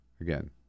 again